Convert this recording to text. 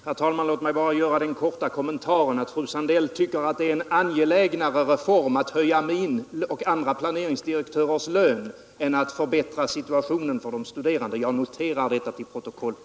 Herr talman! Låt mig bara göra den korta kommentaren, att fröken Sandell tycker att det är en angelägnare reform att höja min och andra planeringsdirektörers lön än att förbättra situationen för de studerande. Jag vill ha detta noterat till protokollet.